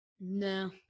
No